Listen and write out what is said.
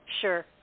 Sure